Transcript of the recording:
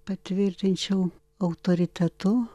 patvirtinčiau autoritetu